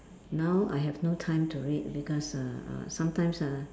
now I have no time to read because uh uh sometimes ah